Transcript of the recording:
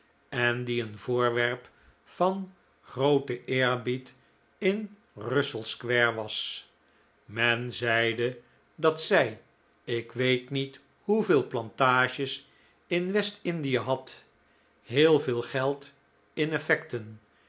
en die een voorwerp van grooten eerbied in russell square was men zeide dat zij ik weet niet hoeveel plantages in west-indie had heel veel geld in effecten